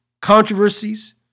controversies